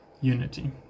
unity